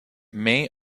may